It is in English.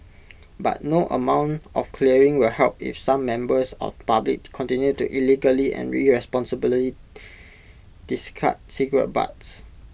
but no amount of clearing will help if some members of public continue to illegally and irresponsibly discard cigarette butts